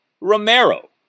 Romero